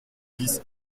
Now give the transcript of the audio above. dix